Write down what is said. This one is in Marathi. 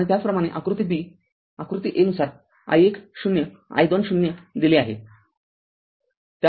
आणि त्याचप्रमाणे आकृती b आकृती a नुसार i १ ० i २ ० दिले आहे